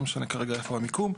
לא משנה כרגע איפה המיקום.